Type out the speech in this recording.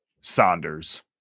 Saunders